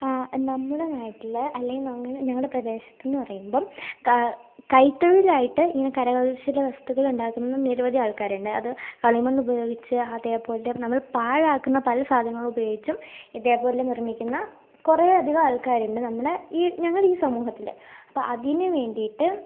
നമ്മുടെ നാട്ടിൽ അല്ലെങ്കിൽ ഞങ്ങളുടെ പ്രദേശത്തെന്നു പറയുമ്പം കൈത്തൊഴിലായിട്ട് ഇങ്ങനെ കരകൗശല വസ്തുക്കൾ ഉണ്ടാക്കുന്ന നിരവധി ആൾക്കാരുണ്ട് അത് കളിമണ്ണുപയോഗിച്ച് അതേപോലെ നമ്മൾ പാഴാക്കുന്ന പല സാധനങ്ങൾ ഉപയോഗിച്ചും ഇതേപോലെ നിർമ്മിക്കുന്ന കുറേയധികം ആൾക്കാരുണ്ട് നമ്മുടെ ഈ ഞങ്ങളുടെ ഈ സമൂഹത്തിൽ അപ്പോൾ അതിനു വേണ്ടിയിട്ട്